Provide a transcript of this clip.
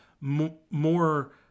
more